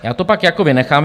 Já to pak jako vynechám.